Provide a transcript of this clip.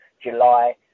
July